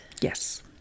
Yes